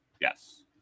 Yes